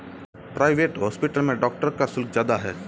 private hospital में doctor का शुल्क ज्यादा है